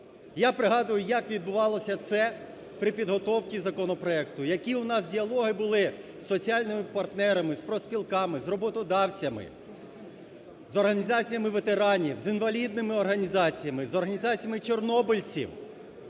Я пригадую, як відбувалося це при підготовці законопроекту, які у нас діалоги були з соціальними партнерами, з профспілками, з роботодавцями, з організаціями ветеранів, з інвалідними організаціями, з організаціями чорнобильців.